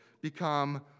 become